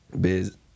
Biz